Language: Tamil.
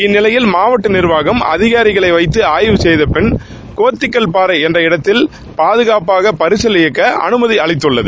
இந்நிலையில் மாவட்ட நிர்வாகம் அதிகாரிகளை வைத்து ஆய்வு செய்த பின் கோத்திக்கவ்பாறை என்ற இடத்தில் பாதுகாப்பாக பரிசல் இயக்க அமைதி அளித்துள்ளது